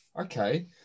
Okay